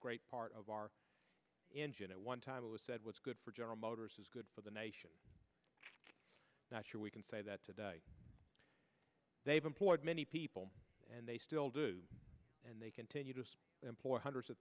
great part of our engine at one time it was said what's good for general motors is good for the nation not sure we can say that today they've employed many people and they still do and they continue to employ hundreds of